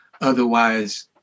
Otherwise